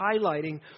highlighting